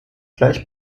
gleich